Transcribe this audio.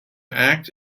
act